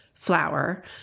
Flour